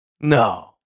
No